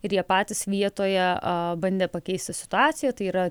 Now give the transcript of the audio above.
ir jie patys vietoje bandė pakeisti situaciją tai yra